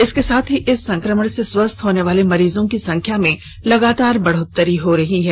इसके साथ ही इस संकमण से स्वस्थ होने वाले मरीजों की संख्या में लगातार बढोत्तरी हो रही है